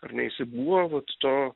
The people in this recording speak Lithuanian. ar ne jisai buvo vat to